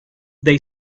they